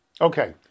Okay